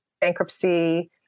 bankruptcy